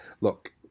look